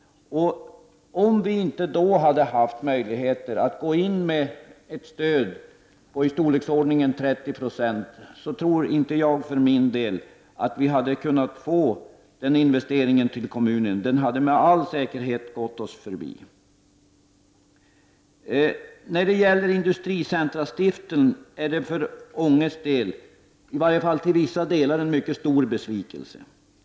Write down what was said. Om vi inte hade haft möjlighet att gå in med ett stöd i storleksordningen 30 Ze, tror jag för min del inte att vi hade kunnat få den investeringen till kommunen. Den hade med all säkerhet gått oss förbi. Stiftelsen Industricentra har för Ånges del, i varje fall till viss del, blivit en mycket stor besvikelse.